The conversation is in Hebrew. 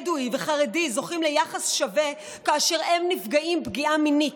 בדואי וחרדי זוכים ליחס שווה כאשר הם נפגעים פגיעה מינית?